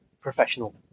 professional